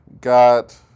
got